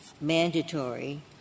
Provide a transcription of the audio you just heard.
mandatory